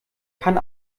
kann